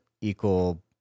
equal